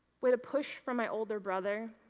with a push from my older brother,